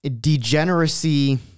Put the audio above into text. degeneracy